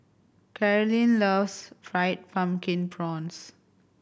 Carlyn loves Fried Pumpkin Prawns